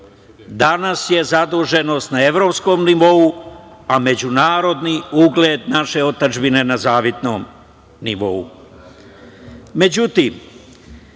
Danas je zaduženost na evropskom nivou, a međunarodni ugled naše otadžbine na zavidnom